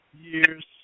years